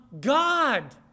God